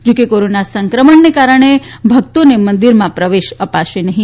જો કે કોરોના સંક્રમણને કારણે ભકતોને મંદીરમાં પ્રવેશ અપાશે નહી